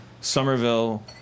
Somerville